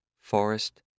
Forest